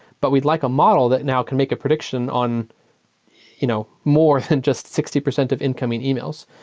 but with like a model that now can make a prediction on you know more than just sixty percent of incoming emails.